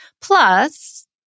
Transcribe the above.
Plus